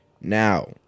now